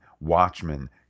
Watchmen